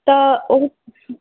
तऽ